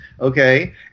okay